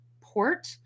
port